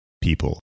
people